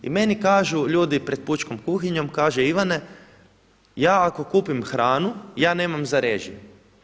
I meni kažu ljudi pred pučkom kuhinjom, kaže Ivane, ja ako kupim hranu ja nemam za režije.